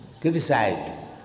criticize